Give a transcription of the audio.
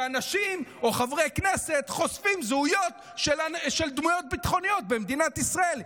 שאנשים או חברי כנסת חושפים זהויות של דמויות ביטחוניות במדינת ישראל.